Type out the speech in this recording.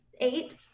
eight